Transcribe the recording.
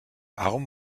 warum